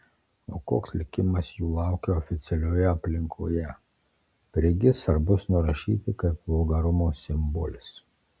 o koks likimas jų laukia oficialioje aplinkoje prigis ar bus nurašyti kaip vulgarumo simbolis